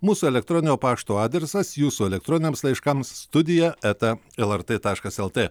mūsų elektroninio pašto adresas jūsų elektroniniams laiškams studija eta lrt taškas lt